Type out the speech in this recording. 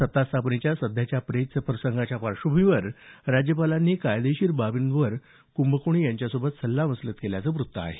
सत्तास्थापनेच्या सध्याच्या पेच प्रसंगाच्या पार्श्वभूमीवर राज्यपालांनी कायदेशीर बाबींवर कुंभकोणी यांच्यासोबत सल्लामसलत केल्याचं वृत्त आहे